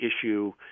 issue